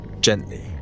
Gently